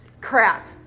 crap